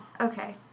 Okay